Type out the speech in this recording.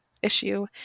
Issue